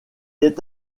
est